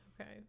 Okay